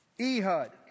Ehud